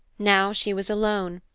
now she was alone,